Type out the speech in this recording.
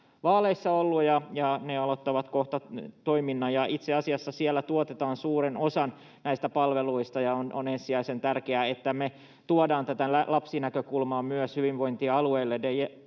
ja ne aloittavat kohta toiminnan. Itse asiassa siellä tuotetaan suurin osa näistä palveluista, ja on ensisijaisen tärkeää, että me tuodaan tätä lapsinäkökulmaa myös hyvinvointialueille.